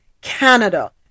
canada